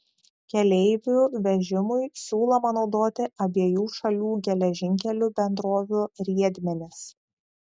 keleivių vežimui siūloma naudoti abiejų šalių geležinkelių bendrovių riedmenis